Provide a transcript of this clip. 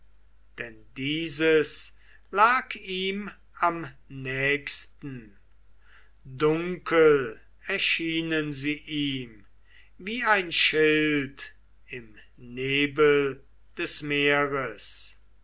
denn dieses lag ihm am nächsten dunkel erschienen sie ihm wie ein schild im nebel des meeres